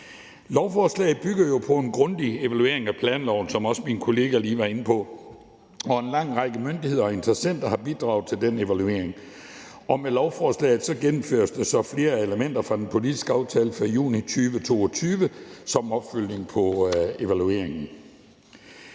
Lovforslaget bygger jo på en grundig evaluering af planloven, som også min kollega lige var inde på, og en lang række myndigheder og interessenter har bidraget til den evaluering, og med lovforslaget gennemføres der flere elementer fra den politiske aftale fra juni 2022 som opfølgning på evalueringen.